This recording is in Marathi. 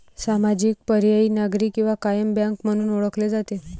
सामाजिक, पर्यायी, नागरी किंवा कायम बँक म्हणून ओळखले जाते